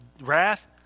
wrath